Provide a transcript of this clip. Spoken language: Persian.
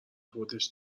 خودش